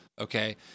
Okay